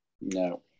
no